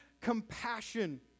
compassion